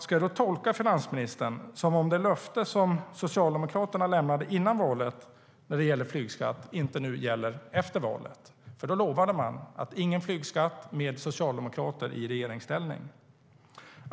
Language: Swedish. Ska jag då tolka finansministerns svar som att det löfte som Socialdemokraterna lämnade före valet när det gäller flygskatt inte gäller nu efter valet? Då lovade man att det inte skulle bli någon flygskatt med socialdemokrater i regeringsställning.